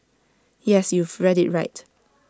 yes you've read IT right